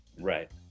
Right